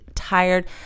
tired